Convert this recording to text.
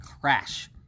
crash